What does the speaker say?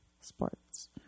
sports